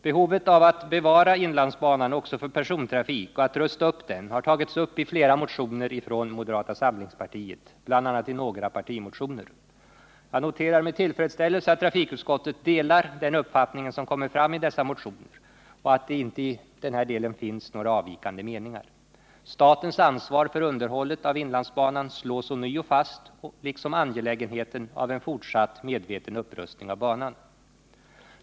Behovet av att bevara inlandsbanan också för persontrafik och att rusta upp den har tagits upp i flera motioner från moderata samlingspartiet, bl.a. i några partimotioner. Jag noterar med tillfredsställelse att trafikutskottet delar den uppfattningen och att det i den delen inte finns några avvikande meningar. Statens ansvar för underhållet av inlandsbanan slås ånyo fast, liksom angelägenheten av en fortsatt medveten upprustning av banan.